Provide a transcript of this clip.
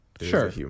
Sure